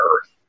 earth